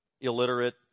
illiterate